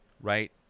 right